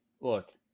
look